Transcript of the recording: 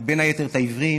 בין היתר את העיוורים,